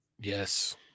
Yes